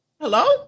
Hello